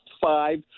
five